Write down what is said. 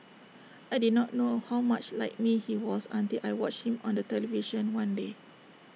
I did not know how much like me he was until I watched him on television one day